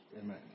Amen